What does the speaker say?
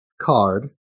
card